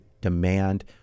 demand